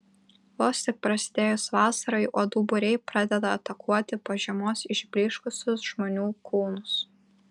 vos tik prasidėjus vasarai uodų būriai pradeda atakuoti po žiemos išblyškusius žmonių kūnus